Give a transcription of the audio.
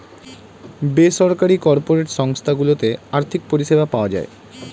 বেসরকারি কর্পোরেট সংস্থা গুলোতে আর্থিক পরিষেবা পাওয়া যায়